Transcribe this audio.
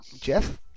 Jeff